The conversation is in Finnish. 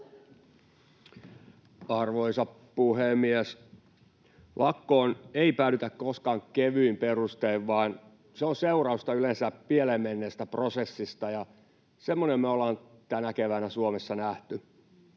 Arvoisa puhemies! Lakkoon ei päädytä koskaan kevyin perustein, vaan se on seurausta yleensä pieleen menneestä prosessista, ja semmoinen me ollaan tänä keväänä Suomessa nähty.